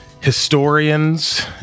historians